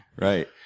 Right